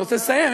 אני רוצה לסיים.